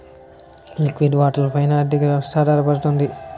లిక్విడి వాటాల పైన ఆర్థిక వ్యవస్థ ఆధారపడుతుంది